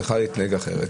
צריכה להתנהג אחרת,